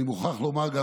אני מוכרח גם לומר,